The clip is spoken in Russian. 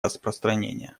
распространения